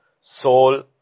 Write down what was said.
soul